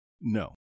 No